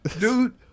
dude